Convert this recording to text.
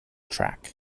track